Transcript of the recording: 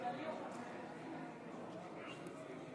שניים.